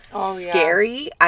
scary